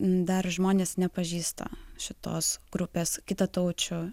dar žmonės nepažįsta šitos grupės kitataučio